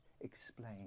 explain